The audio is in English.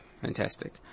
fantastic